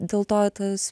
dėl to tas